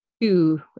two